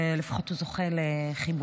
שלפחות הוא זוכה לחיבוק.